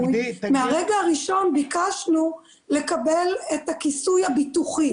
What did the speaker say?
מהרגע הראשון ביקשנו לקבל את הכיסוי הביטוחי